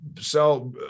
sell